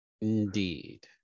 Indeed